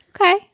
okay